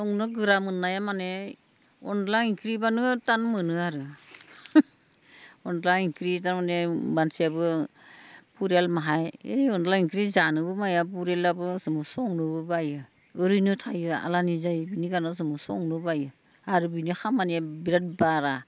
संनो गोरा मोननाया माने अनला ओंख्रिबानो तान मोनो आरो अनला ओंख्रि थारमाने मानसियाबो परियाल माखा अनला ओंख्रि जानोबो बुरैब्लाबो संनोबो बायो ओरैनो थायो आलानि थायो बिनि थाखायनो संनो बायो आरो बिनि खामानिया बिराद बारा